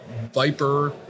Viper